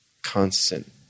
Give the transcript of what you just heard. Constant